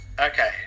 Okay